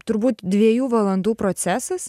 turbūt dviejų valandų procesas